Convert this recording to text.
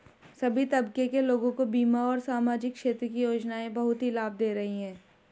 सभी तबके के लोगों को बीमा और सामाजिक क्षेत्र की योजनाएं बहुत ही लाभ दे रही हैं